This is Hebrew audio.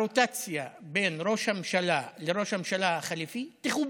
הרוטציה בין ראש הממשלה לראש הממשלה החליפי תכובד,